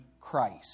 Christ